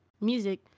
music